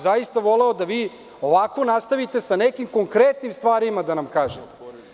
Zaista bih voleo da vi ovako nastavite sa nekim konkretnim stvarima da nam kažete.